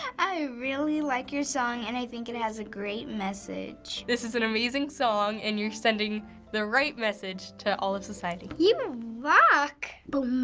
i really like your song, and i think it has a great message. this is an amazing song, and you're sending the right message to all of society. you rock! boom,